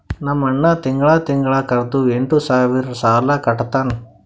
ನಮ್ ಅಣ್ಣಾ ತಿಂಗಳಾ ತಿಂಗಳಾ ಕಾರ್ದು ಎಂಟ್ ಸಾವಿರ್ ಸಾಲಾ ಕಟ್ಟತ್ತಾನ್